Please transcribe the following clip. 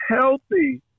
healthy